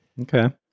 Okay